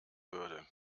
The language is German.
würde